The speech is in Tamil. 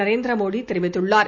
நரேந்திர மோடி தெரிவித்துள்ளார்